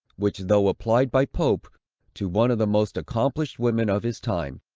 which though applied by pope to one of the most accomplished women of his time,